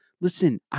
Listen